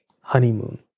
honeymoon